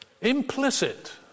Implicit